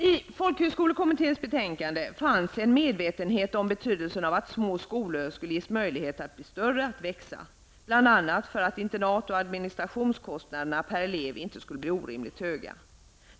I folkhögskolekommitténs betänkande finns en medvetenhet om betydelsen av att små skolor ges möjlighet att bli större, bl.a. för att internat och administrationskostnaderna per elev inte skall bli orimligt höga.